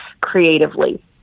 creatively